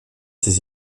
ses